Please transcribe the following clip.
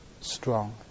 strong